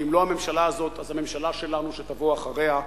ואם לא הממשלה הזאת אז הממשלה שלנו שתבוא אחריה,